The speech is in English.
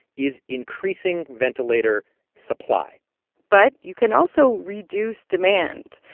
is increasing ventilator supply but you can also reduce demand.